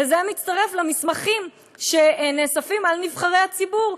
וזה מצטרף למסמכים שנאספים על נבחרי הציבור.